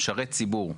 משרת ציבור.